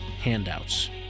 handouts